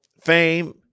fame